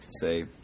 say